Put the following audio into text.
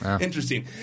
Interesting